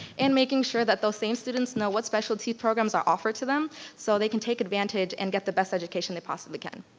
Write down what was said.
and making sure that those same students know what specialty programs are offered to them so they can take advantage and get the best education they possibly can.